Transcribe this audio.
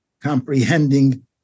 comprehending